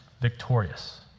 victorious